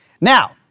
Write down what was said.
Now